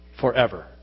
forever